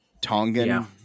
Tongan